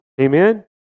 Amen